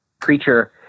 creature